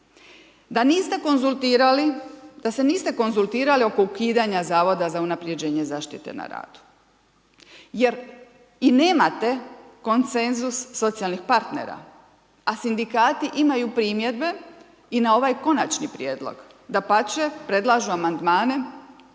se niste konzultirali oko ukidanja Zavoda za unapređenje zaštite na radu. Jer i nemate konsenzus socijalnih partnera, a sindikati imaju primjedbe i na ovaj Konačni prijedlog. Dapače, predlažu amandmane